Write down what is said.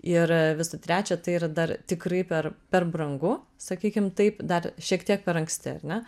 ir visų trečia tai yra dar tikrai per per brangu sakykim taip dar šiek tiek per anksti ar ne